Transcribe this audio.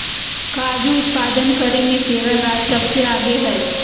काजू उत्पादन करे मे केरल राज्य सबसे आगे हय